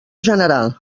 general